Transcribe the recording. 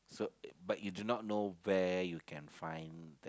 so but do you do not know where you can find